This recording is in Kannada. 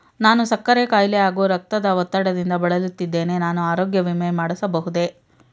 ನಾನು ಸಕ್ಕರೆ ಖಾಯಿಲೆ ಹಾಗೂ ರಕ್ತದ ಒತ್ತಡದಿಂದ ಬಳಲುತ್ತಿದ್ದೇನೆ ನಾನು ಆರೋಗ್ಯ ವಿಮೆ ಮಾಡಿಸಬಹುದೇ?